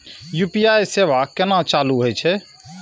UPI सेवा केना चालू है छै?